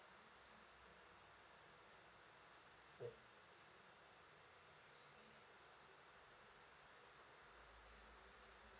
yup